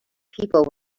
people